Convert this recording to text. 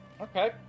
Okay